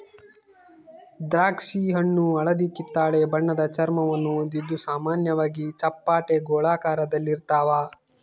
ದ್ರಾಕ್ಷಿಹಣ್ಣು ಹಳದಿಕಿತ್ತಳೆ ಬಣ್ಣದ ಚರ್ಮವನ್ನು ಹೊಂದಿದ್ದು ಸಾಮಾನ್ಯವಾಗಿ ಚಪ್ಪಟೆ ಗೋಳಾಕಾರದಲ್ಲಿರ್ತಾವ